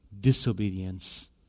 disobedience